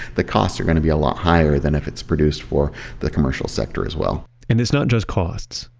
the costs are going to be a lot higher than if it's produced for the commercial sector as well and it's not just costs.